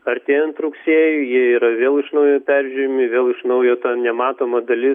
artėjant rugsėjui jie yra vėl iš naujo peržiūrimi vėl iš naujo ta nematoma dalis